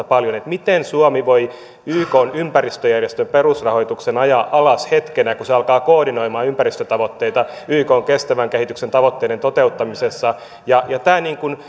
paljon että miten suomi voi ykn ympäristöjärjestön perusrahoituksen ajaa alas hetkenä kun se alkaa koordinoimaan ympäristötavoitteita ykn kestävän kehityksen tavoitteiden toteuttamisessa tämä